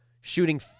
shooting